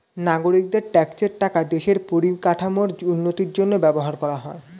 নাগরিকদের ট্যাক্সের টাকা দেশের পরিকাঠামোর উন্নতির জন্য ব্যবহার করা হয়